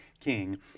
king